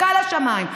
נסקה לשמיים,